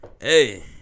hey